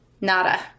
nada